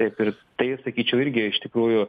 taip ir tai sakyčiau irgi iš tikrųjų